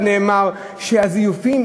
ונאמר שהזיופים,